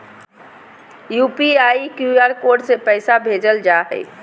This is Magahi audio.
यू.पी.आई, क्यूआर कोड से पैसा भेजल जा हइ